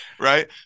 right